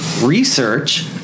research